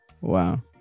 wow